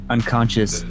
Unconscious